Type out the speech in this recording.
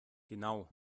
genau